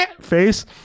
face